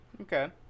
Okay